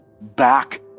back